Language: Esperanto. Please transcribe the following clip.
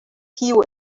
kiu